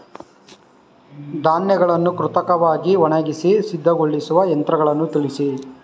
ಧಾನ್ಯಗಳನ್ನು ಕೃತಕವಾಗಿ ಒಣಗಿಸಿ ಸಿದ್ದಗೊಳಿಸುವ ಯಂತ್ರಗಳನ್ನು ತಿಳಿಸಿ?